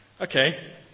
okay